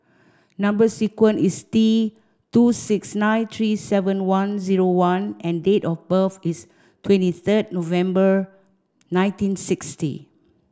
number sequence is T two six nine three seven one zero one and date of birth is twenty third November nineteen sixty